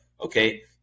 okay